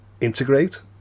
integrate